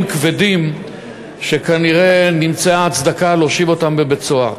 כבדים שכנראה נמצאה הצדקה להושיב אותם בבית-סוהר.